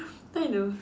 I know